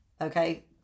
Okay